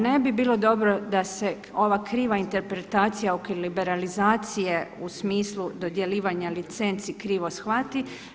Ne bi bilo dobro da se ova kriva interpretacija oko liberalizacije u smislu dodjeljivanja licenci krivo shvati.